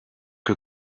que